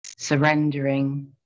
surrendering